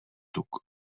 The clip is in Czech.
tuk